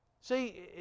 See